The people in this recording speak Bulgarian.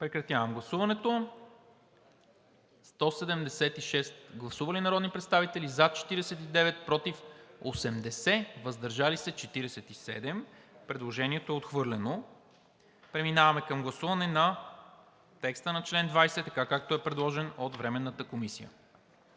комисия. Гласували 176 народни представители: за 49, против 80, въздържали се 47. Предложението е отхвърлено. Преминаваме към гласуване на текста на чл. 20, както е предложен от Временната комисия.